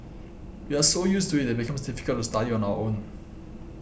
we are so used to it it becomes difficult to study on our own